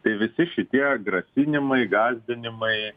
tai visi šitie grasinimai gąsdinimai